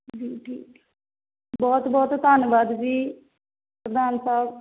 ਜੀ ਠੀਕ ਠੀਕ ਬਹੁਤ ਬਹੁਤ ਧੰਨਵਾਦ ਜੀ ਪ੍ਰਧਾਨ ਸਾਹਿਬ